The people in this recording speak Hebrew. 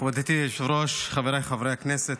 מכובדתי היושבת-ראש, חבריי חברי הכנסת,